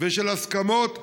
ושל הסכמות,